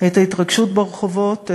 את ההתרגשות ברחובות,